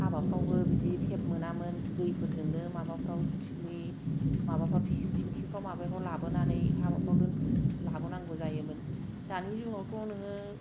हाबाफ्रावबो बिदि टेप मोनामोन दैफोरजोंनो माबाफ्राव बि माबाफ्राव थिंखिफ्राव माबाफ्राव लाबोनानै हाबाफ्राव दोनफै लाबोनांगौ जायोमोन दानि जुगावथ' नोङो